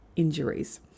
injuries